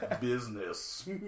Business